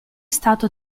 stato